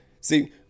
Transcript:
See